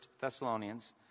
Thessalonians